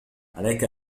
عليك